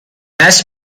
bass